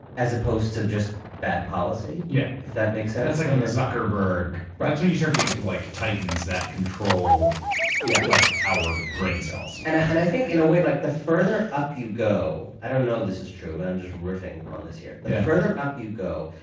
as opposed to just bad policy, yeah if that makes sense. that's like on the zuckerberg. that's when you start to get to like titans that control yeah like our brain cells. and i and i think in a way like the further up you go, i don't know if this is true, but i'm just riffing on this here, the further up you go,